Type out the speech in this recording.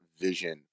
vision